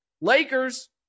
Lakers